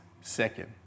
second